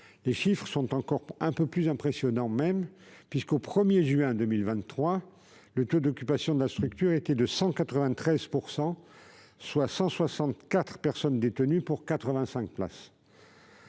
Les chiffres sont un peu plus impressionnants que ceux que vous citez, puisque, au 1 juin 2023, le taux d'occupation de la structure était de 193 %, soit 164 personnes détenues pour 85 places.